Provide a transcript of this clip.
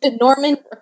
Norman